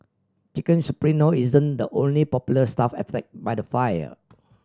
Chicken Supremo isn't the only popular stall by the fire